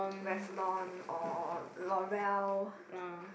Revlon or Loreal